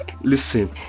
Listen